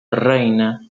reina